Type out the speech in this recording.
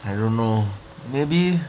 I don't know maybe